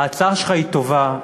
ההצעה שלך היא טובה,